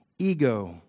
Ego